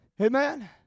Amen